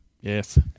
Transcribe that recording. Yes